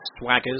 Swaggers